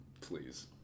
Please